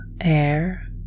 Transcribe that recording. air